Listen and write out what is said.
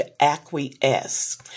acquiesce